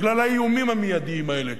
בגלל האיומים המיידיים האלה.